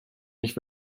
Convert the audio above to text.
nicht